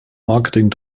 marketing